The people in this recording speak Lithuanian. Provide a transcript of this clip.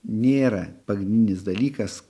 nėra pagrindinis dalykas